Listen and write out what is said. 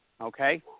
okay